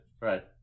Right